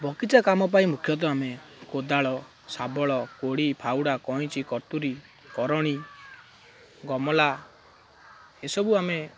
ବଗିଚା କାମ ପାଇଁ ମୁଖ୍ୟତଃ ଆମେ କୋଦାଳ ଶାବଳ କୋଡ଼ି ଫାଉଡ଼ା କଇଁଚି କତୁରୀ କରଣି ଗମଲା ଏସବୁ ଆମେ